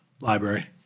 library